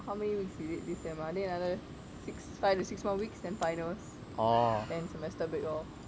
how many weeks is it this sem ah I think another six five to six more weeks then finals and semester break lor